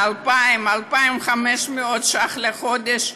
מ-2,500-2,000 לחודש?